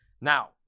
Now